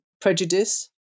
prejudice